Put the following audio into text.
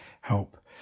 help